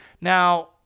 Now